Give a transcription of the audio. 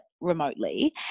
remotely